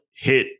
hit